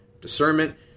discernment